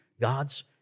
God's